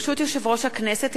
ברשות יושב-ראש הכנסת,